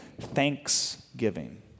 Thanksgiving